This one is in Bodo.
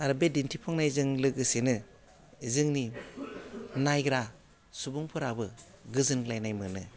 आरो बे दिन्थिफुंनायजों लोगोसेनो जोंनि नायग्रा सुबुंफोराबो गोजोनग्लाइनाय मोनो